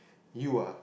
you ah